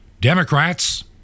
Democrats